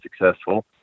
successful